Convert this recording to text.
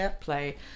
play